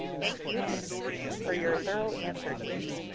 thank you for for your thorough answer, jayme.